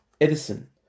Edison